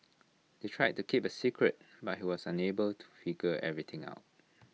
they tried to keep A secret but he was unable to figure everything out